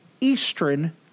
Eastern